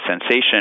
sensation